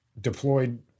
deployed